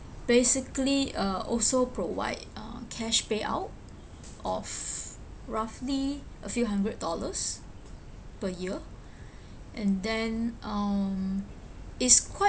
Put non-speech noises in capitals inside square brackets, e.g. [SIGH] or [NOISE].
basically uh also provide uh cash payout of roughly a few hundred dollars per year [BREATH] and then um is quite